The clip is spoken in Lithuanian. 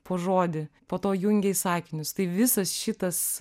po žodį po to jungia į sakinius tai visas šitas